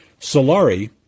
Solari